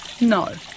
No